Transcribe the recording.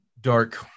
dark